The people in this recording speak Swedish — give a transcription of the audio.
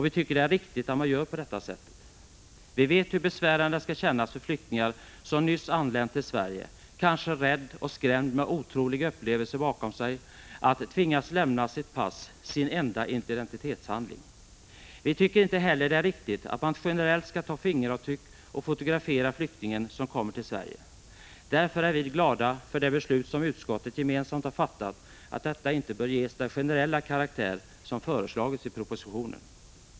Vi tycker att det är riktigt att man gör på detta sätt. Vi vet hur besvärande det känns för flyktingen som nyss anlänt till Sverige, kanske rädd och skrämd och med otroliga upplevelser bakom sig, att tvingas lämna sitt pass, sin enda identitetshandling. Vi tycker inte heller att det är riktigt att man generellt skall ta fingeravtryck och fotografera den flykting som kommer till Sverige. Därför är vi glada för det beslut som utskottet gemensamt har fattat att detta inte bör ges den generella karaktär som föreslagits i propositionen.